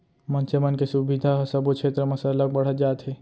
मनसे मन के सुबिधा ह सबो छेत्र म सरलग बढ़त जात हे